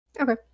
Okay